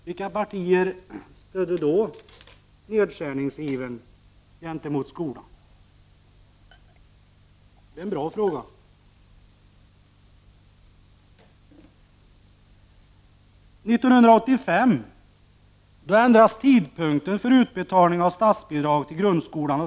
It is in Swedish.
Vilka partier stödde då nedskärningsivern gentemot skolan? Det är en bra fråga.